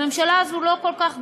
הממשלה הזאת לא כל כך גרועה,